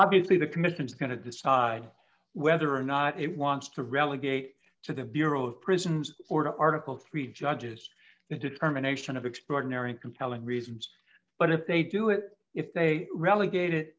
obviously the commission's going to decide whether or not it wants to relegate to the bureau of prisons or to article three judges the determination of extraordinary and compelling reasons but if they do it if they relegate